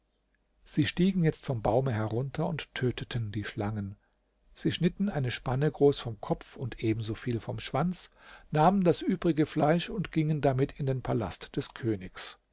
sie stiegen jetzt vom baume herunter und töteten die schlangen sie schnitten eine spanne groß vom kopf und ebensoviel vom schwanz nahmen das übrige fleisch und gingen damit in den palast des königs